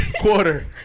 Quarter